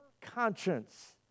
conscience